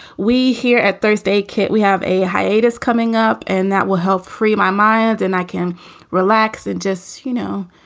we here at thursday, kate, we have a hiatus coming up and that will help free my mind and i can relax and just, you know,